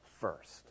first